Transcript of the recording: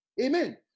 Amen